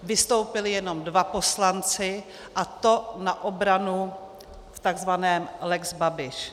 Vystoupili jenom dva poslanci, a to na obranu v tzv. lex Babiš.